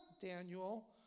Daniel